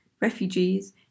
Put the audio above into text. Refugees